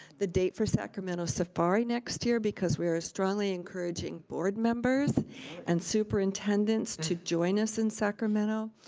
the date for sacramento safari next year, because we are strongly encouraging board members and superintendents to join us in sacramento.